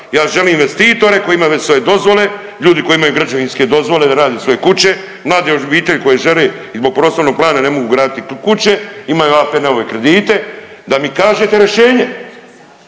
ja želim investitore koji imaju već sve dozvole, ljudi koji imaju građevinske dozvole da grade svoje kuće, mlade obitelji koji žele i zbog prostornog plana ne mogu graditi kuće, imaju APN-ove kredite da mi kaže rješenje